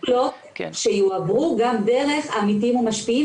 ויש מודולות שיועברו גם דרך העמיתים המשפיעים,